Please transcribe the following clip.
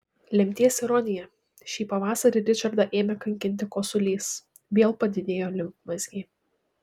lemties ironija šį pavasarį ričardą ėmė kankinti kosulys vėl padidėjo limfmazgiai